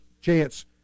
chance